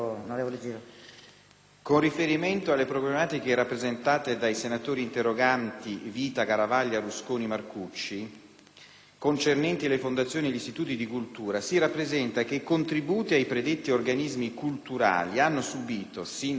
con riferimento alle problematiche rappresentate dai senatori interroganti Vita, Garavaglia Mariapia, Rusconi e Marcucci, concernenti le fondazioni e gli istituti di cultura, si rappresenta che i contributi ai predetti organismi culturali hanno subìto, sin dal 2002,